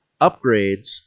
upgrades